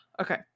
okay